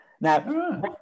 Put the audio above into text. now